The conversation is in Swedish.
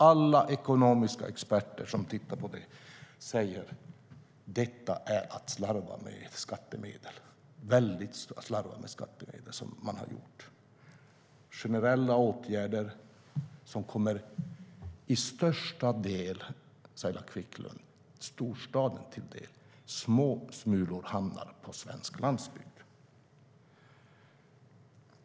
Alla ekonomiska experter som tittar på det här säger att det är att slarva med skattemedel. Det är ett väldigt slarv med skattemedel man har ägnat sig åt. Det är generella åtgärder som till största del, Saila Quicklund, kommer storstaden till del. Små smulor hamnar på svensk landsbygd.